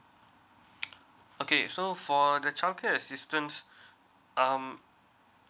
okay so for the childcare assistance um